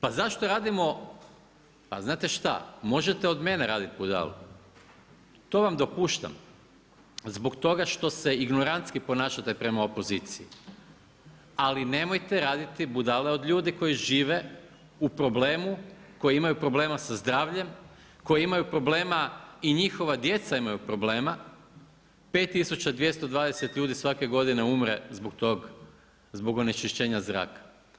Pa zašto radimo, pa znate šta, možete od mene raditi budalu, to vam dopuštam, zbog toga što se ignoranski ponašate prema opoziciji, ali nemojte raditi budalu od ljudi koji žive u problemu, koji imaju problema sa zdravljem, koji imaju problema i njihova djeca imaju problema, 5220 ljudi svake godine umre zbog onečišćenja zraka.